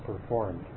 performed